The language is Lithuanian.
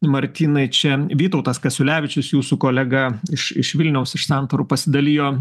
martynai čia vytautas kasiulevičius jūsų kolega iš iš vilniaus iš santarų pasidalijo